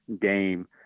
game